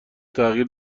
تغییر